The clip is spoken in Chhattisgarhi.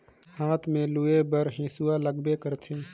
हाथ में लूए बर हेसुवा लगबे करथे